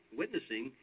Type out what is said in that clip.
witnessing